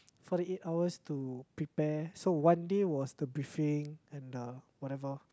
forty eight hours to prepare so one day was the briefing and the whatever